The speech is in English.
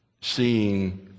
seeing